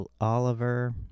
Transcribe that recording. Oliver